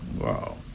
Wow